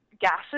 gases